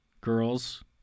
girls